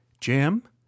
Jim